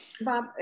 bob